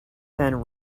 than